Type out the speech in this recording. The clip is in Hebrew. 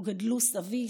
שבו גדלו סבי,